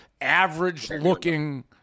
average-looking